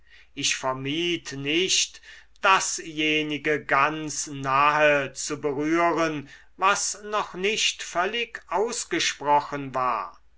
ich vermied nicht dasjenige ganz nahe zu berühren was noch nicht völlig ausgesprochen war